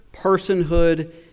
personhood